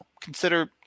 consider